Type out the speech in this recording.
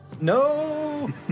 no